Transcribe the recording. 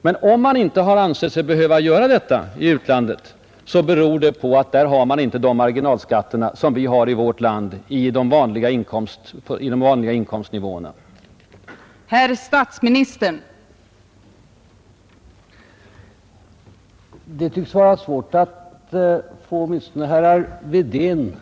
Men om man ännu inte har ansett sig behöva införa detta i utlandet, beror det på att man där inte har sådana marginalskatter på de vanliga inkomstnivåerna som vi har i vårt land.